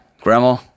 grandma